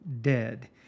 dead